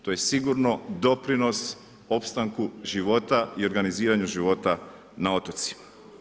To je sigurno doprinos opstanku života i organiziranju života na otocima.